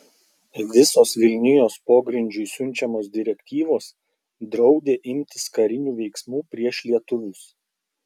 visos vilnijos pogrindžiui siunčiamos direktyvos draudė imtis karinių veiksmų prieš lietuvius